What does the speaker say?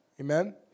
Amen